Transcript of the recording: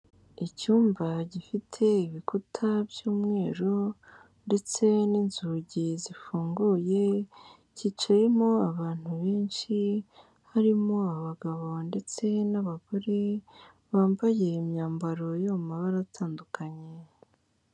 Icyumba gifite ibikuta by'umweru ndetse n'inzugi zifunguye, kicayerimo abantu benshi harimo abagabo ndetse n'abagore, bambaye imyambaro yo mu mabara atandukanye.